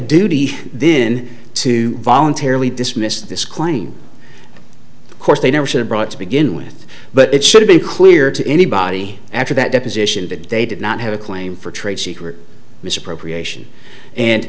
duty then to voluntarily dismiss this claim of course they never should have brought to begin with but it should have been clear to anybody after that deposition that they did not have a claim for trade secret misappropriation and